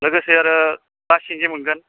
लोगोसे आरो ना सिंगि मोनगोन